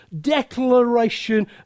declaration